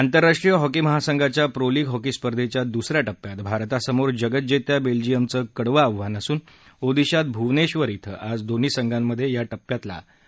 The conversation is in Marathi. आंतरराष्ट्रीय हॉकी महासंघाच्या प्रो लीग हॉकी स्पर्धेच्या दुसऱ्या टप्प्यात भारतासमोर जगज्जेत्या बेल्जीयमचं कडवं आव्हान असून ओदीशात भुवनेश्वर इथं आज दोन्ही संघामध्ये या टप्प्यातला पहिला सामना होणार आहे